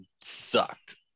sucked